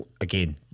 again